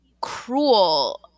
cruel –